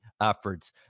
efforts